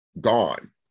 gone